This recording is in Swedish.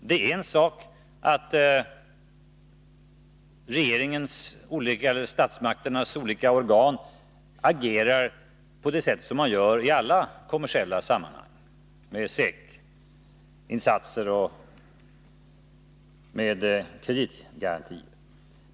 Det är en sak att olika organ agerar på det sätt som man gör i alla kommersiella sammanhang, med SEK-insatser och kreditgarantier.